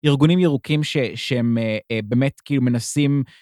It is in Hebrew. ארגונים ירוקים שהם באמת כאילו מנסים...